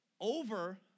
over